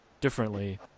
differently